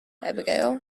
abigail